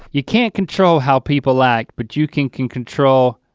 you can't control how people act but you can can control.